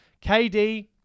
KD